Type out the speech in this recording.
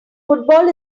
football